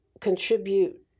contribute